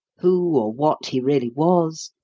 who or what he really was,